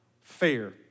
fair